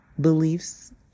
beliefs